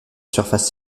surface